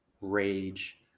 rage